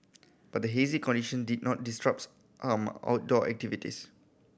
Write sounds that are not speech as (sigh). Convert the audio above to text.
but the hazy condition did not disrupts (unintelligible) outdoor activities